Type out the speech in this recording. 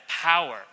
power